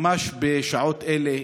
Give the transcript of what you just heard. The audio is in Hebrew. ברשותך, ממש בשעות אלה,